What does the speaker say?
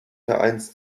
vereins